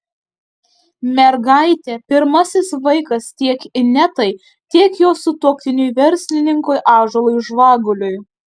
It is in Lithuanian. mergaitė pirmasis vaikas tiek inetai tiek jos sutuoktiniui verslininkui ąžuolui žvaguliui